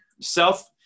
self